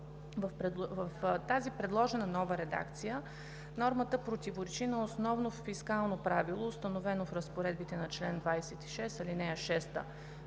В тази предложена нова редакция нормата противоречи на основно фискално правило, установено в разпоредбите на чл. 26, ал. 6